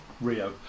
Rio